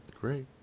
great